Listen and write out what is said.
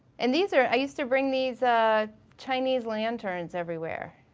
and these are, i used to bring these chinese lanterns everywhere.